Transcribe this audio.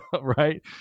Right